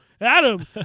Adam